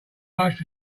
most